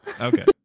Okay